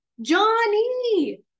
Johnny